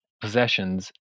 possessions